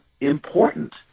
important